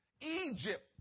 Egypt